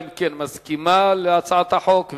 אם כן, הממשלה מסכימה להצעת החוק.